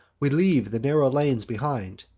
we leave the narrow lanes behind,